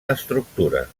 estructura